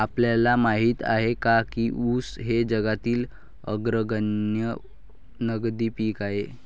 आपल्याला माहित आहे काय की ऊस हे जगातील अग्रगण्य नगदी पीक आहे?